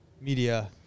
media